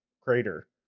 crater